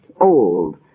old